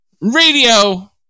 Radio